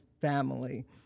family